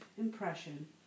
impression